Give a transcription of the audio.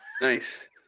Nice